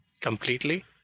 completely